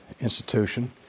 Institution